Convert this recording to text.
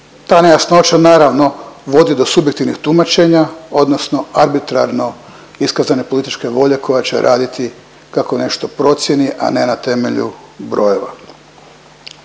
Ta nejasnoća, naravno, vodi do subjektivnih tumačenja odnosno arbitrarno iskazane političke volje koja će raditi kako nešto procijeni, a ne na temelju brojeva.